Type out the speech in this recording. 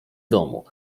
domu